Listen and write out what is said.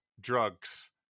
drugs